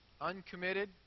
uncommitted